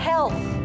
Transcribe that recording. Health